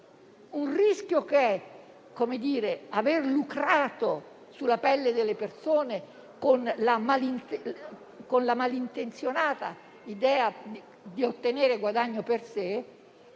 il rischio di aver lucrato sulla pelle delle persone con la malintenzionata idea di ottenere guadagno per sé